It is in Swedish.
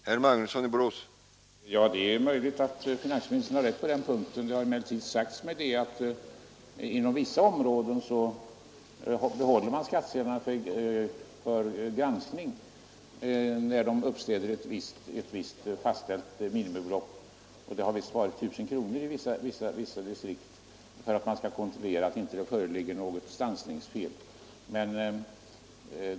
Herr talman! Det är möjligt att finansministern har rätt på den här punkten. Det har emellertid sagts mig att inom vissa områden behåller man skattsedlarna för granskning, när de överskrider ett visst, fastställt minimibelopp; det lär vara 1 000 kronor. Man vill nämligen kontrollera att det inte föreligger något stansningsfel.